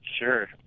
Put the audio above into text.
sure